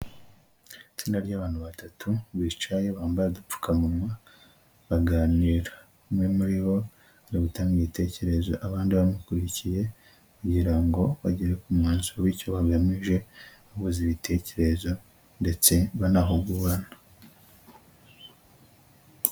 Itsinda ry'abantu batatu bicaye, bambaye udupfukamunwa baganira, umwe muri bo ari gutanga igitekerezo, abandi bamukurikiye kugira ngo bagere ku mwanzuro w'icyo bagamije, bahuza ibitekerezo ndetse banahugurana.